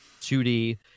2d